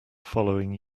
following